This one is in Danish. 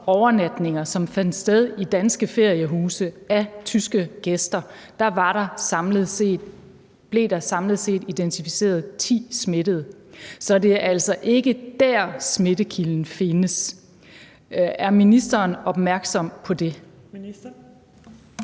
overnatninger, som fandt sted i danske feriehuse, af tyske gæster blev der samlet identificeret 10 smittede. Så det er altså ikke der, smittekilden findes. Er ministeren opmærksom på det?